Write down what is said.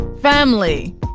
Family